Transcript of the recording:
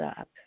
up